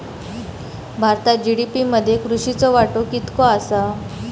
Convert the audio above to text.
भारतात जी.डी.पी मध्ये कृषीचो वाटो कितको आसा?